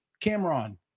Cameron